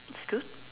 it's good